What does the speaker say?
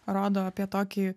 rodo apie tokį